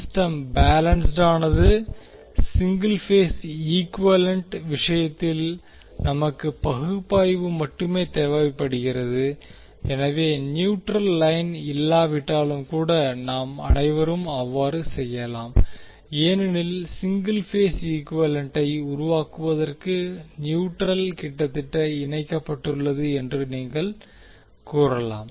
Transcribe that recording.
system பேலன்ஸ்ட்டானது single phase equivalent விஷயத்தில் நமக்கு பகுப்பாய்வு மட்டுமே தேவைப்படுகிறது எனவே நியூட்ரல் லைன் இல்லாவிட்டாலும் கூட நாம் அனைவரும் அவ்வாறு செய்யலாம் ஏனெனில் சிங்கிள் பேஸ் ஈக்குவேலண்டை உருவாக்குவதற்கு நியூட்ரல் கிட்டத்தட்ட இணைக்கப்பட்டுள்ளது என்று நீங்கள் கூறலாம்